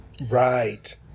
Right